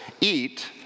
eat